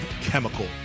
chemical